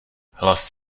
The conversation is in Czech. hlas